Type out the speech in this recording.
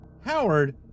Howard